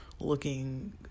looking